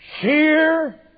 Sheer